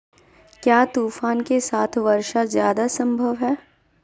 क्या तूफ़ान के साथ वर्षा जायदा संभव है?